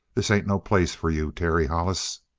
this ain't no place for you, terry hollis.